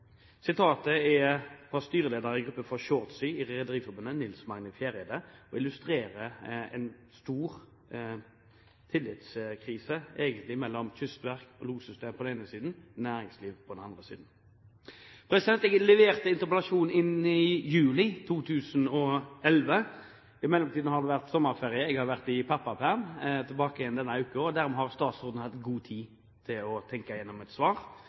Sitatet er fra styreleder i Gruppe for Short Sea, Nils Magne Fjereide i Norges Rederiforbund, og det illustrerer egentlig en stor tillitskrise mellom Kystverket og lossystemet på den ene siden og næringslivet på den andre siden. Jeg leverte inn interpellasjonen i juli 2011. I mellomtiden har det vært sommerferie, jeg har vært i pappaperm og er tilbake denne uken, og dermed har statsråden hatt god tid til å tenke igjennom et svar.